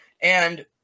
And-